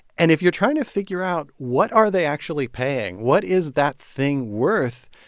and if you're trying to figure out, what are they actually paying, what is that thing worth,